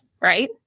right